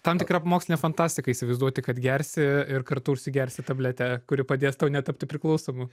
tam tikra mokslinė fantastika įsivaizduoti kad gersi ir kartu užsigersi tabletę kuri padės tau netapti priklausomu